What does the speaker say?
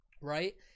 right